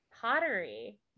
Pottery